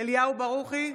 אליהו ברוכי,